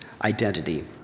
identity